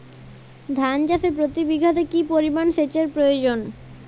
ধান চাষে প্রতি বিঘাতে কি পরিমান সেচের প্রয়োজন?